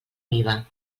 viva